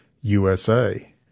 USA